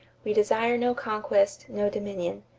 we desire no conquest, no dominion.